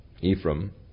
Ephraim